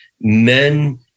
men